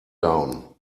down